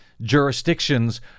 jurisdictions